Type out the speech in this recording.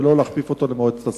ולא להכפיף אותו למועצת הצמחים.